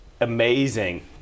amazing